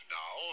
now